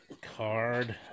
Card